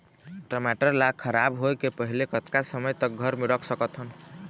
टमाटर ला खराब होय के पहले कतका समय तक घर मे रख सकत हन?